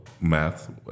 math